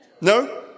No